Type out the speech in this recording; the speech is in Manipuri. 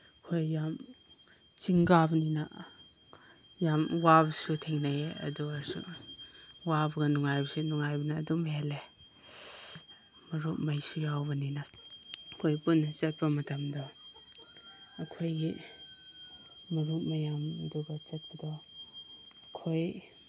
ꯑꯩꯈꯣꯏ ꯌꯥꯝ ꯆꯤꯡ ꯀꯥꯕꯅꯤꯅ ꯌꯥꯝ ꯋꯥꯕꯁꯨ ꯊꯦꯡꯅꯩꯌꯦ ꯑꯗꯨ ꯑꯣꯏꯔꯁꯨ ꯋꯥꯕꯒ ꯅꯨꯡꯉꯥꯏꯕꯁꯦ ꯅꯨꯡꯉꯥꯏꯕꯅ ꯑꯗꯨꯝ ꯍꯦꯜꯂꯦ ꯃꯔꯨꯞꯃꯩꯁꯨ ꯌꯥꯎꯕꯅꯤꯅ ꯑꯩꯈꯣꯏ ꯄꯨꯟꯅ ꯆꯠꯄ ꯃꯇꯝꯗ ꯑꯩꯈꯣꯏꯒꯤ ꯃꯔꯨꯞ ꯃꯌꯥꯝꯗꯨꯒ ꯆꯠꯄꯗꯣ ꯑꯩꯈꯣꯏ